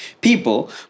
people